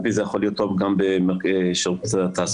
וזה יכול להיות טוב גם בשירות התעסוקה